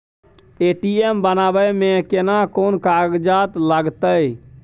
ATM बनाबै मे केना कोन कागजात लागतै?